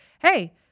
Hey